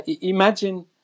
imagine